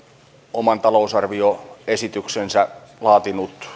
oman talousarvioesityksensä laatinut